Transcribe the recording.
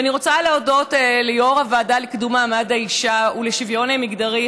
ואני רוצה להודות ליו"ר הוועדה לקידום מעמד האישה ולשוויון מגדרי,